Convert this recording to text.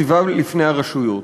מציבה לפני הרשויות,